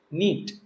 neat